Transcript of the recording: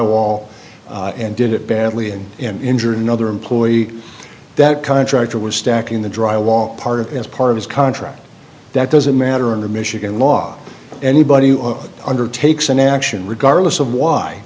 wall and did it badly and injure another employee that contractor was stacking the dry along part of it as part of his contract that doesn't matter under michigan law anybody who undertakes an action regardless of why